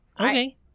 Okay